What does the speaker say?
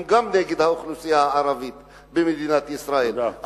גם נגד האוכלוסייה הערבית במדינת ישראל,